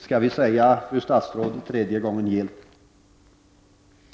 Skall vi säga tredje gången gillt, fru statsråd?